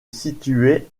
situait